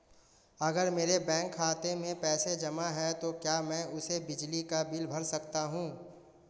अगर मेरे बैंक खाते में पैसे जमा है तो क्या मैं उसे बिजली का बिल भर सकता हूं?